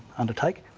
undertake,